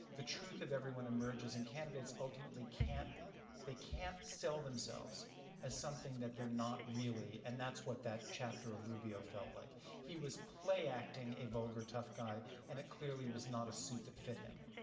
the truth of everyone emerges and candidates ultimately can't they can't sell themselves as something that they're not really. and that's what that chapter of rubio felt like. he was play-acting a vulgar tough guy and it clearly was not a suit that fit him.